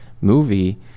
movie